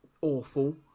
awful